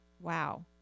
Wow